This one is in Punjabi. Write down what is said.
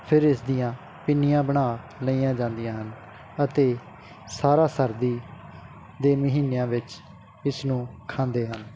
ਫਿਰ ਇਸ ਦੀਆਂ ਪਿੰਨੀਆਂ ਬਣਾ ਲਈਆਂ ਜਾਂਦੀਆਂ ਹਨ ਅਤੇ ਸਾਰਾ ਸਰਦੀ ਦੇ ਮਹੀਨਿਆਂ ਵਿੱਚ ਇਸ ਨੂੰ ਖਾਂਦੇ ਹਨ